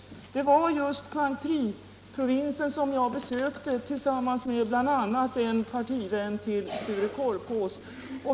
Det var just Quang-Tri-provinsen som jag besökte tillsammans med bl.a. en partivän till Sture Korpås.